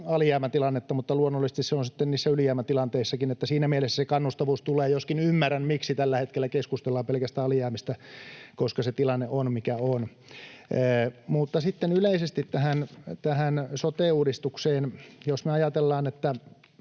alijäämätilannetta, mutta luonnollisesti se on sitten niissä ylijäämätilanteissakin. Eli siinä mielessä se kannustavuus tulee, joskin ymmärrän, miksi tällä hetkellä keskustellaan pelkästään alijäämistä, koska se tilanne on mikä on. Mutta sitten yleisesti tähän sote-uudistukseen: Jos me ajatellaan —